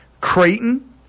Creighton